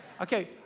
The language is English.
Okay